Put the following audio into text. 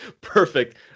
perfect